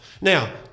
Now